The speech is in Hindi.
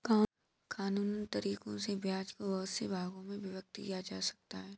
कानूनन तरीकों से ब्याज को बहुत से भागों में विभक्त किया जा सकता है